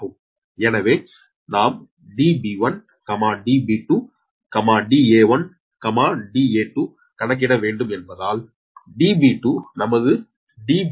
எனவே நாம் Db1 Db2 Da1 Da2 கணக்கிடட வேண்டும் என்பதால் Db2 நமது Db2 4